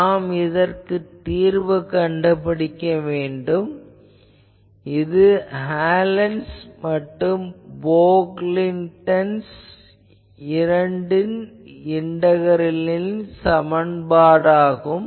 நாம் இதற்கு தீர்வு கண்டுபிடிக்க வேண்டும் இது ஹாலன்'ஸ் மற்றும் போக்லின்க்டன்'ஸ் இரண்டின் இண்டகரல் சமன்பாடு ஆகும்